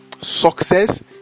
success